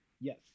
yes